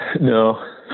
no